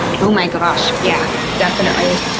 oh, my gosh. yeah, definitely.